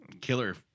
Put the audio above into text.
Killer